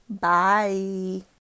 bye